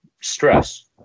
stress